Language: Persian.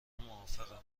موافقم